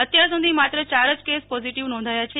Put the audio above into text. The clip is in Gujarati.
અત્યાર સુધી માત્ર ચાર જ કેસ પોઝીટીવ નોંધાયા છે